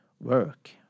work